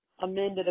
amended